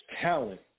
talent